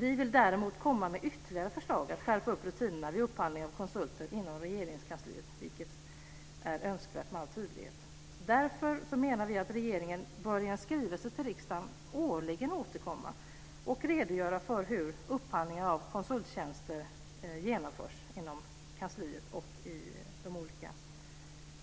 Vi har däremot ett ytterligare förslag till hur man ska skärpa rutinerna vid upphandling av konsulter inom Regeringskansliet, vilket med all tydlighet vore önskvärt. Därför bör regeringen årligen lämna en skrivelse till riksdagen och redogöra för hur upphandlingen av konsulttjänster görs inom kansliet och de olika